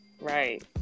Right